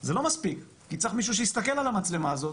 זה לא מספיק כי צריך מישהו שיסתכל על המצלמה הזאת